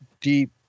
deep